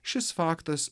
šis faktas